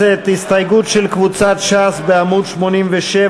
ההסתייגות של קבוצת סיעת העבודה לסעיף 20,